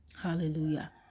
Hallelujah